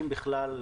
אם בכלל,